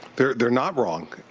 they're they're not wrong.